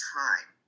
time